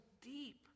deep